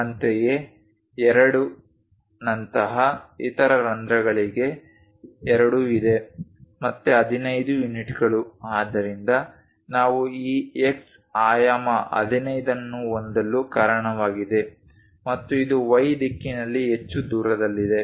ಅಂತೆಯೇ 2 ನಂತಹ ಇತರ ರಂಧ್ರಗಳಿಗೆ 2 ಇದು ಮತ್ತೆ 15 ಯೂನಿಟ್ಗಳು ಅದರಿಂದ ನಾವು ಈ X ಆಯಾಮ 15 ಅನ್ನು ಹೊಂದಲು ಕಾರಣವಾಗಿದೆ ಮತ್ತು ಇದು Y ದಿಕ್ಕಿನಲ್ಲಿ ಹೆಚ್ಚು ದೂರದಲ್ಲಿದೆ